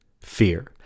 fear